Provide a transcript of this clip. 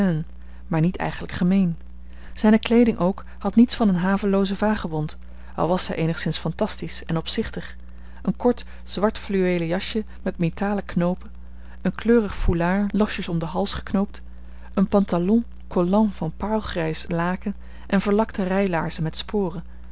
maar niet eigenlijk gemeen zijne kleeding ook had niets van een haveloozen vagebond al was zij eenigszins fantastisch en opzichtig een kort zwart fluweelen jasje met metalen knoopen een kleurige foulard losjes om den hals geknoopt een pantalon collant van paarlgrijs laken en verlakte rijlaarzen met sporen